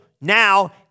now